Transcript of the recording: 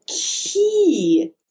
key